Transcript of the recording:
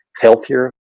healthier